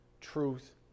truth